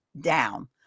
down